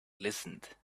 listened